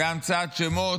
בהמצאת שמות,